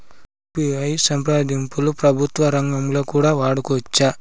UPI సంప్రదింపులు ప్రభుత్వ రంగంలో కూడా వాడుకోవచ్చా?